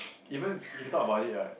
even if you thought about it right